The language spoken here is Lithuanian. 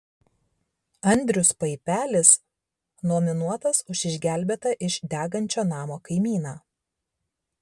andrius paipelis nominuotas už išgelbėtą iš degančio namo kaimyną